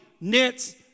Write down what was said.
knits